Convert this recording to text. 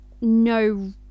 no